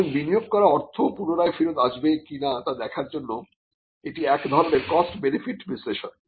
সুতরাং বিনিয়োগ করা অর্থ পুনরায় ফেরত আসবে কিনা তা দেখার জন্য এটি এক ধরনের কস্ট বেনিফিট বিশ্লেষণ